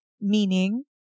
meaning